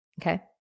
okay